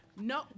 No